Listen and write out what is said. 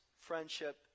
friendship